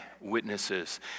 witnesses